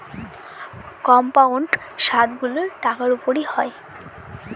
compound সুদগুলো টাকার উপর হয়